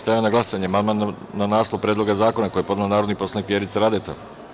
Stavljam na glasanje amandman na naslov Predloga zakona koji je podnela narodni poslanik Vjerica Radeta.